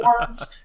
worms